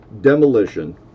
demolition